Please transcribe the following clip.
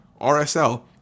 RSL